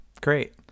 great